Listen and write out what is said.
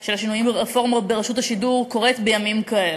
של הרפורמה ברשות השידור קורה בימים כאלה,